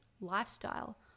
lifestyle